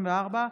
34),